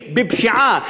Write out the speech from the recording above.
בפשיעה,